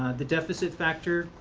the deficit factor,